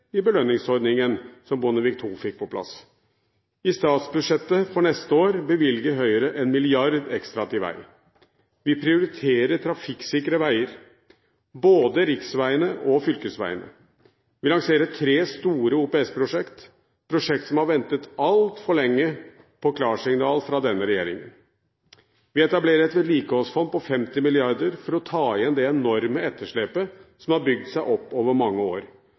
den belønningsordningen som Bondevik II fikk på plass. I statsbudsjettet for neste år bevilger Høyre 1 mrd. kr ekstra til vei. Vi prioriterer trafikksikre veier, både riksveiene og fylkesveiene. Vi lanserer tre store OPS-prosjekter, prosjekter som har ventet altfor lenge på klarsignal fra denne regjeringen. Vi etablerer et vedlikeholdsfond på 50 mrd. kr for å ta igjen det enorme etterslepet som har bygd seg opp over mange år.